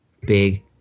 big